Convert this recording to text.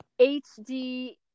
HD